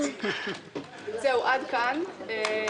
עד כאן.